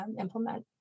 implement